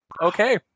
Okay